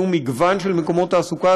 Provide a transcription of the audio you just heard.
יהיה מגוון של מקומות תעסוקה,